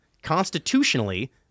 constitutionally